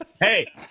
Hey